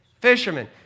fishermen